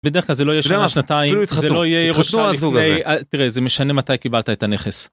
בדרך כלל זה לא יהיה שנה-שנתיים, זה לא יהיה ירושה לפני, תראה, זה משנה מתי קיבלת את הנכס.